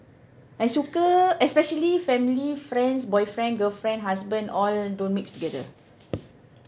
I suka especially family friends boyfriend girlfriend husband all don't mix together